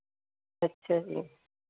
ਅੱਛਾ ਜੀ